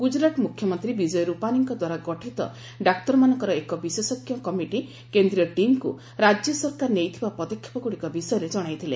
ଗୁକ୍ରାତ୍ ମୁଖ୍ୟମନ୍ତ୍ରୀ ବିଜୟ ରୁପାନୀଙ୍କଦ୍ୱାରା ଗଠିତ ଡାକ୍ତରମାନଙ୍କର ଏକ ବିଶେଷଜ୍ଞ କମିଟି କେନ୍ଦ୍ରୀୟ ଟିମ୍ଙ୍କୁ ରାଜ୍ୟ ସରକାର ନେଇଥିବା ପଦକ୍ଷେପଗୁଡ଼ିକ ବିଷୟରେ ଜଣାଇଥିଲେ